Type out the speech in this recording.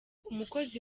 umukozi